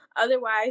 Otherwise